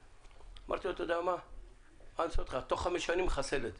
אמרתי שתוך חמש שנים, חסל את זה.